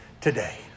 today